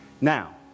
Now